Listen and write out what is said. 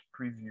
preview